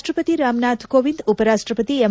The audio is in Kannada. ರಾಪ್ಟಪತಿ ರಾಮನಾಥ್ ಕೋವಿಂದ್ ಉಪ ರಾಷ್ಟಪತಿ ಎಂ